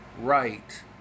right